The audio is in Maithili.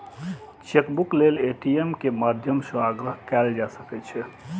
चेकबुक लेल ए.टी.एम के माध्यम सं आग्रह कैल जा सकै छै